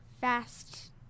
fast